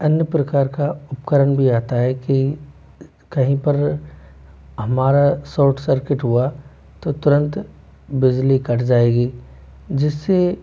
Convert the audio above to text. अन्य प्रकार का उपकरण भी आता है कि कहीं पर हमारा शोर्ट सर्किट हुआ तो तुरंत बिजली कट जाएगी जिससे